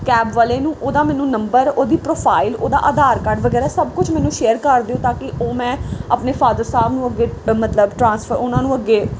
cab ਵਾਲੇ ਨੂੰ ਉਹਦਾ ਮੈਨੂੰ ਨੰਬਰ ਉਹਦੀ ਪ੍ਰੋਫਾਈਲ ਉਹਦਾ ਆਧਾਰ ਕਾਰਡ ਵਗੈਰਾ ਸਭ ਕੁਝ ਮੈਨੂੰ ਸ਼ੇਅਰ ਕਰ ਦਿਓ ਤਾਂ ਕਿ ਉਹ ਮੈਂ ਆਪਣੇ ਫਾਦਰ ਸਾਹਿਬ ਨੂੰ ਅੱਗੇ ਮਤਲਬ ਟਰਾਂਸਫਰ ਉਹਨਾਂ ਨੂੰ ਅੱਗੇ